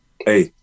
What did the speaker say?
hey